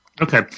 Okay